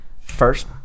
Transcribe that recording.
first